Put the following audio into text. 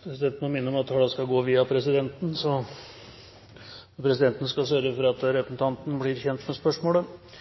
Presidenten må minne om at all tale skal gå via presidenten, og presidenten vil sørge for at representanten blir kjent med spørsmålet.